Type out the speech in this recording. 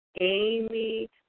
Amy